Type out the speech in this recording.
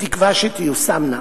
בתקווה שתיושמנה,